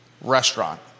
restaurant